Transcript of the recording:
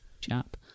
chap